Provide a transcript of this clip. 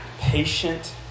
patient